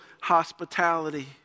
hospitality